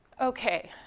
okay.